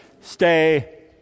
stay